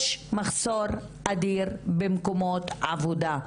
יש מחסור אדיר במקומות עבודה,